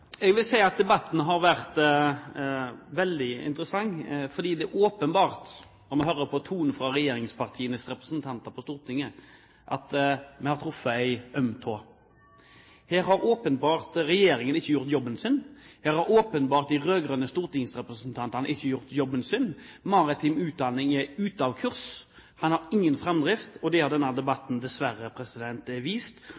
Jeg vil si at debatten har vært veldig interessant, for det er åpenbart, når man hører på tonen fra regjeringspartienes representanter på Stortinget, at vi har truffet en øm tå. Her har åpenbart regjeringen ikke gjort jobben sin. Her har åpenbart de rød-grønne stortingsrepresentantene ikke gjort jobben sin. Maritim utdanning er ute av kurs. Den har ingen framdrift, og det har denne